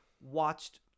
watched